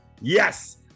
yes